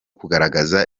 kugaragaza